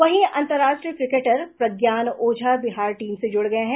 वहीं अंतर्राष्ट्रीय cricketer Pragyan Ojha Bihar team से जुड़ गये हैं